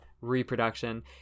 reproduction